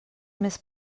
més